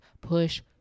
push